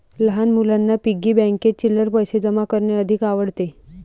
लहान मुलांना पिग्गी बँकेत चिल्लर पैशे जमा करणे अधिक आवडते